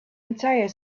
entire